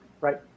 right